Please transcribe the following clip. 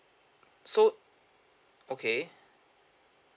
so okay